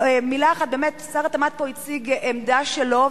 שר התמ"ת הציג עמדה שלו,